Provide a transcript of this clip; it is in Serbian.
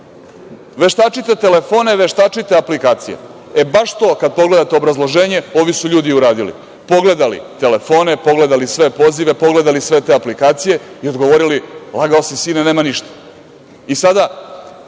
veštačite telefone, veštačite aplikacije. Baš to, kada pogledate obrazloženje, ovi su ljudi uradili, pogledali telefone, pogledali sve pozive, pogledali sve te aplikacije i odgovorili – lagao si sine, nema ništa. Sada,